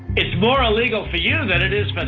it's more illegal for you than it is but